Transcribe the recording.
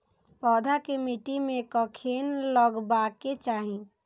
पौधा के मिट्टी में कखेन लगबाके चाहि?